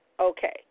okay